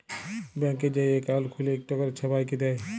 ব্যাংকে যাঁয়ে একাউল্ট খ্যুইলে ইকট ক্যরে ছবাইকে দেয়